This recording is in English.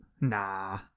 nah